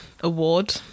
award